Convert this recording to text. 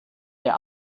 der